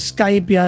Skype